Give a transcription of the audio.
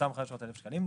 אותם 500 אלף שקלים,